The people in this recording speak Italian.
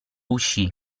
uscì